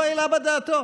לא העלה בדעתו.